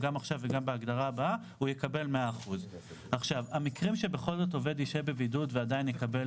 הוא יקבל 100%. המקרים שבהם עובד יישב בבידוד ועדיין יקבל